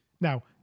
now